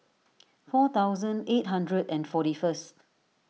four thousand eight hundred and forty first